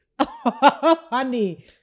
honey